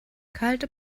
kalte